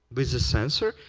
with a sensor.